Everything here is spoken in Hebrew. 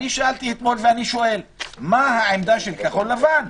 אני שאלתי אתמול ואני שואל: מה העמדה של כחול לבן?